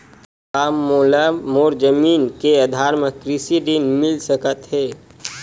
का मोला मोर जमीन के आधार म कृषि ऋण मिल सकत हे?